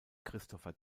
christopher